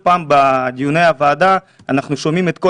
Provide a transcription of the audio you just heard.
בדיוני הוועדה אנחנו כל פעם שומעים את כל